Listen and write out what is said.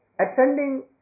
ascending